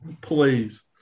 Please